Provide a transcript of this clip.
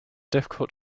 difficult